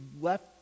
left